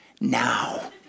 now